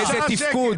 איזה תפקוד.